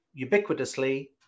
ubiquitously